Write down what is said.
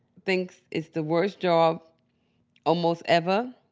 thinks it's the worst job almost ever